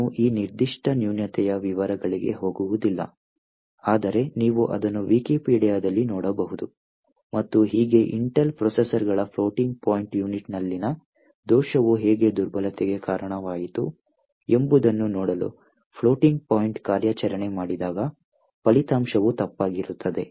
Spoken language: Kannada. ನಾನು ಈ ನಿರ್ದಿಷ್ಟ ನ್ಯೂನತೆಯ ವಿವರಗಳಿಗೆ ಹೋಗುವುದಿಲ್ಲ ಆದರೆ ನೀವು ಅದನ್ನು ವಿಕಿಪೀಡಿಯಾದಲ್ಲಿ ನೋಡಬಹುದು ಮತ್ತು ಹೀಗೆ ಇಂಟೆಲ್ ಪ್ರೊಸೆಸರ್ಗಳ ಫ್ಲೋಟಿಂಗ್ ಪಾಯಿಂಟ್ ಯೂನಿಟ್ನಲ್ಲಿನ ದೋಷವು ಹೇಗೆ ದುರ್ಬಲತೆಗೆ ಕಾರಣವಾಯಿತು ಎಂಬುದನ್ನು ನೋಡಲು ಫ್ಲೋಟಿಂಗ್ ಪಾಯಿಂಟ್ ಕಾರ್ಯಾಚರಣೆ ಮಾಡಿದಾಗ ಫಲಿತಾಂಶವು ತಪ್ಪಾಗಿರುತ್ತದೆ